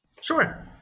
Sure